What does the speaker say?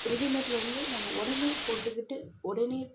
readymade வந்து நம்ம உடனே போட்டுக்கிட்டு உடனே